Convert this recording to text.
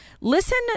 Listen